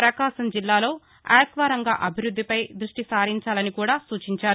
ప్రకాశం జిల్లాలో ఆక్వారంగ అభివృద్ధిపై దృష్టి సారించాలని కూడా సూచించారు